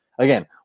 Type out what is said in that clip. Again